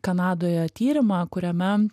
kanadoje tyrimą kuriame